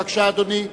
בבקשה, אדוני.